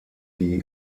die